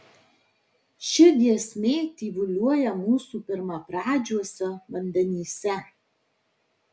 ši giesmė tyvuliuoja mūsų pirmapradžiuose vandenyse